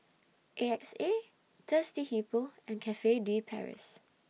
A X A Thirsty Hippo and Cafe De Paris